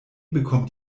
bekommt